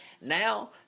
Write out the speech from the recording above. now